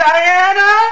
Diana